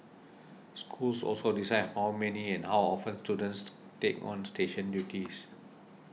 schools also decide how many and how often students take on station duties